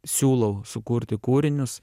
siūlau sukurti kūrinius